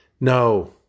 No